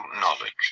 knowledge